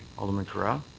alderman carra?